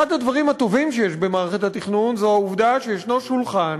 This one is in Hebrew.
אחד הדברים הטובים שיש במערכת התכנון הוא העובדה שיש שולחן